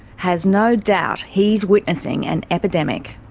has no doubt he's witnessing an epidemic.